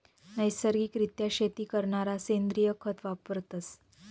नैसर्गिक रित्या शेती करणारा सेंद्रिय खत वापरतस